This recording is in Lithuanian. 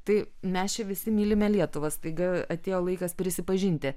tai mes čia visi mylime lietuvą staiga atėjo laikas prisipažinti